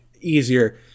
easier